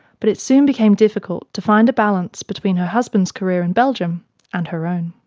but it soon became difficult to find a balance between her husband's career in belgium and her own.